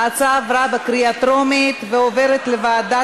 ההצעה עברה בקריאה טרומית ועוברת לוועדת